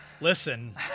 Listen